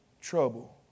trouble